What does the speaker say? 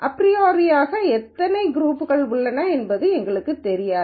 அப்ரியோரியாக எத்தனை குரூப்ஸ் உள்ளன என்பது எங்களுக்குத் தெரியாது